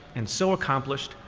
and so accomplished,